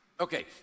Okay